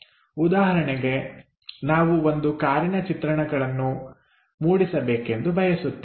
ಉದಾಹರಣೆಗೆ ನಾವು ಒಂದು ಕಾರಿನ ಚಿತ್ರಣಗಳನ್ನು ಮೂಡಿಸಬೇಕೆಂದು ಬಯಸುತ್ತೇವೆ